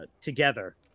together